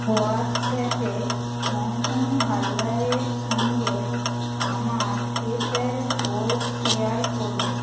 হোয়াটস অ্যাপে মৌসুমি হালদারের সঙ্গে আমার পেপ্যাল কোড শেয়ার করুন